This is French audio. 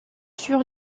sur